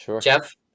Jeff